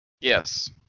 Yes